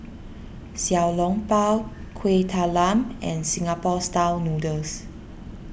Xiao Long Bao Kueh Talam and Singapore Style Noodles